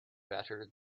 better